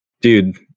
Dude